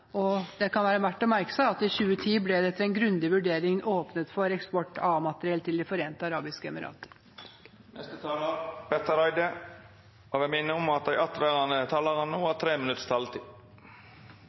Det kan være verdt å merke seg at det i 2010, etter en grundig vurdering, ble åpnet for eksport av A-materiell til De forente arabiske emirater. Dei talarane som heretter får ordet, har ei taletid på inntil 3 minutt. SV beklager selvfølgelig at